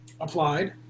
applied